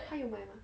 她有买吗